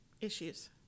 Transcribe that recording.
Issues